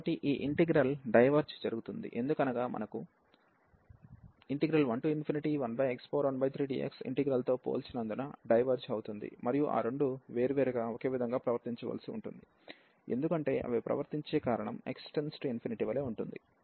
కాబట్టి ఈ integral diverge జరుగుతుంది ఎందుకనగా మనకు 11x13dx ఇంటిగ్రల్ తో పోల్చినందున డైవెర్జ్ అవుతుంది మరియు ఆ రెండు వేర్వేరుగా ఒకే విధంగా ప్రవర్తించవలసి ఉంటుంది ఎందుకంటే అవి ప్రవర్తించే కారణం x→∞వలె ఉంటుంది